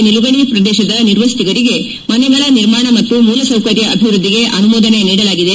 ನಿಲುಗಣಿ ಪ್ರದೇಶದ ನಿರ್ವಸಿತರಿಗೆ ಮನೆಗಳ ನಿರ್ಮಾಣ ಮತ್ತು ಮೂಲ ಸೌಕರ್ಯ ಅಭಿವೃದ್ದಿಗೆ ಅನುಮೋದನೆ ನೀಡಲಾಗಿದೆ